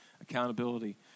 accountability